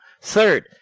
Third